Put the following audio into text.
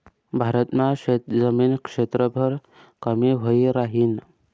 भारत मा शेतजमीन क्षेत्रफळ कमी व्हयी राहीन